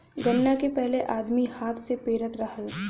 गन्ना के पहिले आदमी हाथ से पेरत रहल